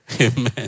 Amen